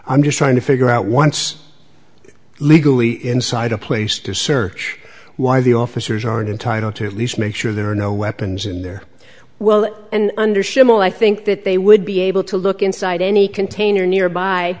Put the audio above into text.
i'm just trying to figure out once legally inside a place to search why the officers aren't entitled to at least make sure there are no weapons in there well and under schimmel i think that they would be able to look inside any container nearby